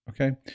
Okay